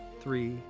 three